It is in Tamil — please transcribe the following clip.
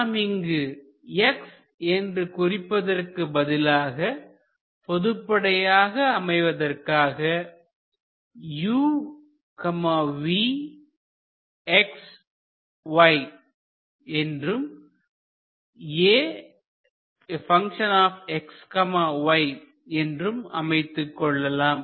நாம் இங்கு x என்று குறிப்பதற்கு பதிலாக பொதுப்படையாக அமைவதற்காக uvxy என்றும் axy என்றும் அமைத்துக்கொள்ளலாம்